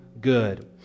good